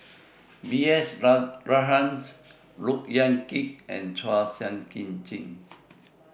B S Rajhans Look Yan Kit and Chua Sian Chin